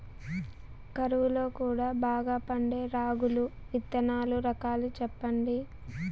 కరువు లో కూడా బాగా పండే రాగులు విత్తనాలు రకాలు చెప్పండి?